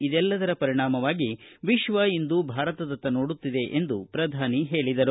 ಇವೆಲ್ಲದರ ಪರಿಣಾಮವಾಗಿ ವಿಶ್ವ ಇಂದು ಭಾರತದತ್ತ ನೋಡುತ್ತಿದೆ ಎಂದು ಪ್ರಧಾನಿ ಹೇಳಿದರು